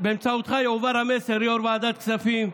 באמצעותך יועבר המסר: יו"ר ועדת הכספים,